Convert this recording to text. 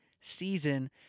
season